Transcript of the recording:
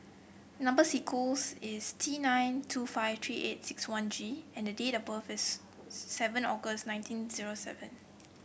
number sequence is T nine two five three eight six one G and date of birth is seven August nineteen zero seven